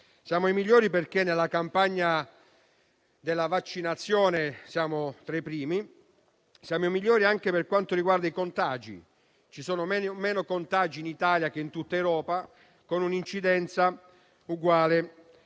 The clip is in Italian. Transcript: Siamo i migliori perché nella campagna di vaccinazione siamo tra i primi, siamo i migliori anche per quanto riguarda i contagi: ci sono meno contagi in Italia che in tutta Europa, con un'incidenza uguale